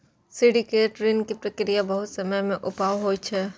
syndicate ऋण के प्रक्रिया बहुत समय खपाऊ होइ छै